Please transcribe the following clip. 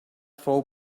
fou